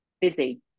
busy